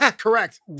Correct